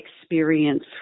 experience